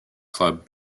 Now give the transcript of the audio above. club